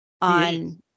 on